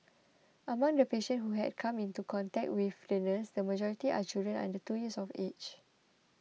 among the patients who had come into contact with the nurse the majority are children under two years of age